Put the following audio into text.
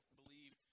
believe